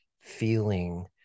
feeling